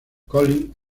collin